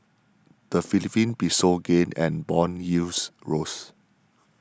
the Philippine Peso gained and bond yields rose